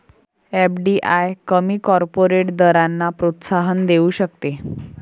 FDI कमी corporate दरांना प्रोत्साहन देऊ शकते